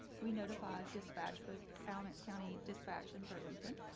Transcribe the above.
we notify dispatch both alamance county dispatch in burlington,